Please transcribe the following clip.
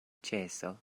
ĉeso